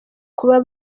kuba